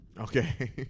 Okay